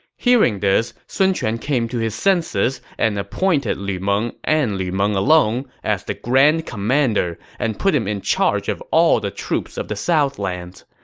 hearing this, sun quan came to his senses and appointed lu meng and lu meng alone as the grand commander and put him in charge of all the troops of the southlands.